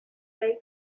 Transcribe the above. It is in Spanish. rey